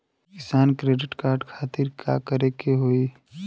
किसान credit card खातिर का करे के होई?